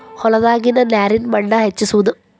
ಹೊಲದಾಗಿನ ನೇರಿನ ಮಟ್ಟಾ ಹೆಚ್ಚಿಸುವದು